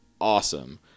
awesome